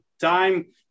time